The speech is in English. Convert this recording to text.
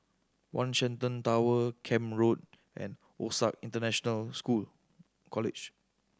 One Shenton Tower Camp Road and OSAC International School College